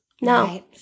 No